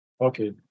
Okay